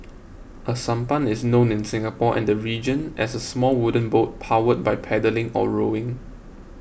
a sampan is known in Singapore and the region as a small wooden boat powered by paddling or rowing